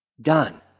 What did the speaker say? Done